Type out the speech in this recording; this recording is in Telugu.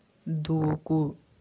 దూకు